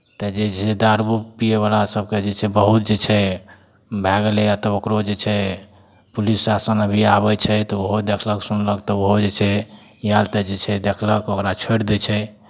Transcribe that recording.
तऽ जे छै दारुओ पियैवला सभकेँ जे छै बहुत जे छै भए गेलै एतय ओकरो जे छै पुलिस शासन अभी आबै छै तऽ ओहो देखलक सुनलक तऽ ओहो जे छै आयल तऽ जे छै देखलक ओकरा छोड़ि दै छै